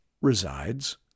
resides